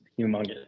humongous